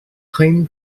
claim